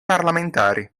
parlamentari